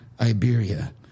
Iberia